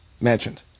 mentioned